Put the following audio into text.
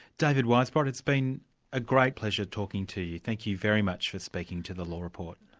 david weisbrot, it's been a great pleasure talking to you. thank you very much for speaking to the law report.